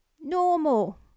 Normal